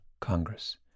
Congress